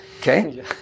okay